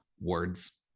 words